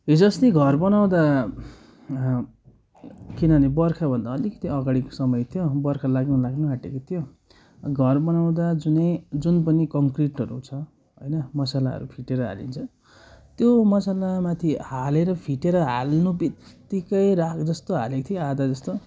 हिजो अस्ति घर बनाउँदा किनभने बर्खाभन्दा अलिकति अगाडिको समय थियो वर्खा लाग्नु लाग्नु आँटेको थियो घर बनाउँदा जुनै जुन पनि कन्क्रिटहरू छ हैन मसलाहरू फिटेर हालिन्छ त्यो मसलामाथि हालेर फिटेर हाल्नु बित्तिकै राग जस्तो हालेको थियो आधा जस्तो